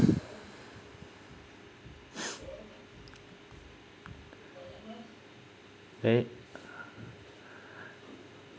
right